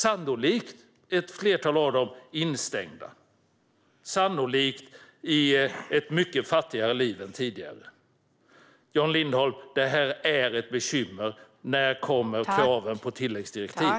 Sannolikt är ett flertal av dem instängda i ett mycket fattigare liv än tidigare. Detta är ett bekymmer, Jan Lindholm. När kommer kraven på tilläggsdirektiv?